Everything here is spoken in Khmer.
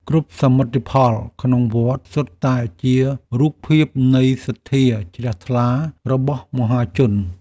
គ្រប់សមិទ្ធផលក្នុងវត្ត សុទ្ធតែជារូបភាពនៃសទ្ធាជ្រះថ្លារបស់មហាជន។